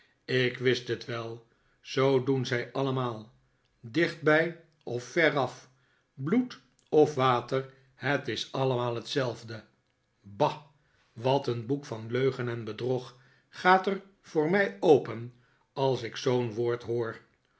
ik wist het wel zoo doen zij allemaal dichtbij of veraf bloed of water het is allemaal hetzelfde bah wat een boek van leugen en bedrog gaat er voor mij open als ik zoo'n woord hoor